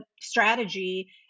strategy